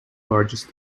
largest